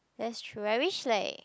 that's true I wish like